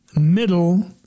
middle